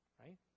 Right